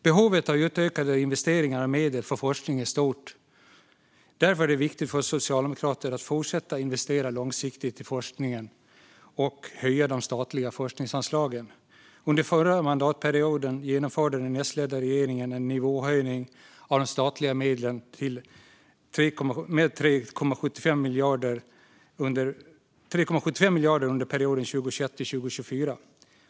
Behovet av utökade investeringar av medel för forskning är stort. Därför är det viktigt för oss socialdemokrater att fortsätta investera långsiktigt i forskningen och höja de statliga forskningsanslagen. Under förra mandatperioden genomförde den S-ledda regeringen en nivåhöjning av de statliga medlen till forskning med 3,75 miljarder under perioden 2021-2024.